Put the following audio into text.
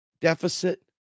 deficit